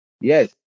yes